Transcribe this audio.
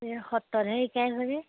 এই সত্ৰতহে শিকায় চাগৈ